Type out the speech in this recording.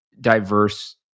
diverse